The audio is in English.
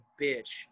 bitch